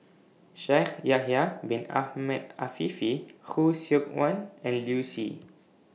Shaikh Yahya Bin Ahmed Afifi Khoo Seok Wan and Liu Si